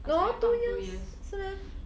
no two years 是 meh